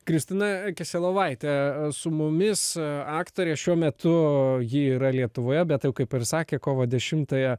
kristina kiselovaitė su mumis aktorė šiuo metu ji yra lietuvoje bet jau kaip sakė kovo dešimtąją